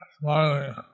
Smiling